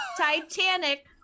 titanic